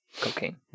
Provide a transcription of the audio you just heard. cocaine